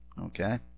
okay